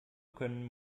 können